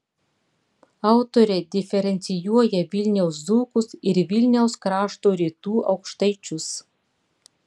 autorė diferencijuoja vilniaus dzūkus ir vilniaus krašto rytų aukštaičius